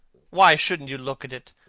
why shouldn't you look at it?